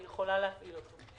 אני יכולה להפעיל אותו.